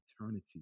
eternity